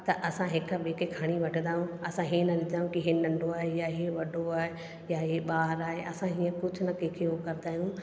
त असां हिकु ॿिएं खे खणी वठंदा आहियूं असां हे न ॾिसंदा आहियूं कि इहे नंढो आहे या इहे वॾो आहे या इहे ॿार आहे असां हीअं कुझु न कंहिंखे उहो कंदा आहियूं